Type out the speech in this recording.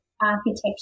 architecture